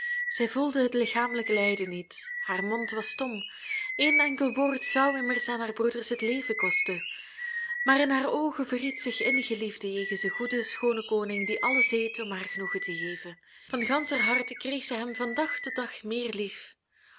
zij voelde het lichamelijk lijden niet haar mond was stom een enkel woord zou immers aan haar broeders het leven kosten maar in haar oogen verried zich innige liefde jegens den goeden schoonen koning die alles deed om haar genoegen te geven van ganscher harte kreeg zij hem van dag tot dag meer lief